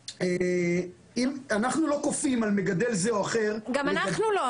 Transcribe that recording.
אנחנו לא כופים על מגדל זה או אחר --- גם אנחנו לא,